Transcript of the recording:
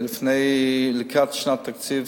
לקראת שנת תקציב,